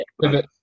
Pivot